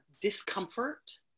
discomfort